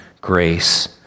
grace